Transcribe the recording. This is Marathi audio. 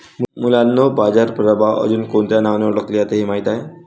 मुलांनो बाजार प्रभाव अजुन कोणत्या नावाने ओढकले जाते हे माहित आहे?